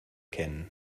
kennen